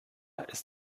ist